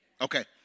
Okay